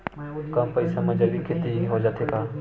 कम पईसा मा जैविक खेती हो जाथे का?